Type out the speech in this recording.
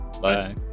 Bye